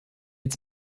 its